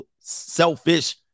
selfish